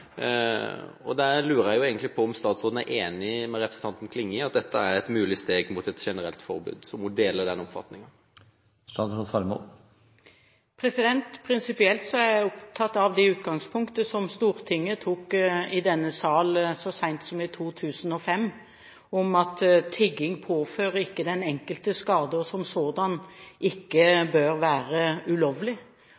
forbud. Da lurer jeg egentlig på om statsråden er enig med representanten Klinge i at dette er et mulig steg mot et generelt forbud, om hun deler den oppfatningen. Prinsipielt er jeg opptatt av det utgangspunktet som Stortinget hadde i denne sal så sent som i 2005, at tigging ikke påfører den enkelte skader og bør som sådan ikke